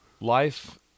Life